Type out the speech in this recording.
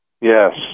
Yes